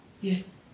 Yes